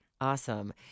Awesome